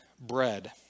bread